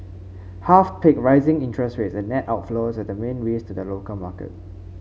half picked rising interest rates and net outflows as the main risks to the local market